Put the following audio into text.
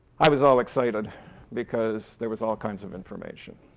i was all excited because there was all kinds of information.